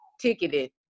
ticketed